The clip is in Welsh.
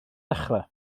dechrau